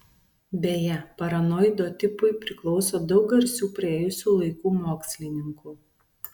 beje paranoido tipui priklauso daug garsių praėjusių laikų mokslininkų